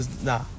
nah